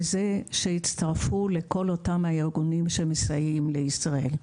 בזה שהם הצטרפו לכל אותם הארגונים שמסייעים לישראל.